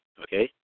okay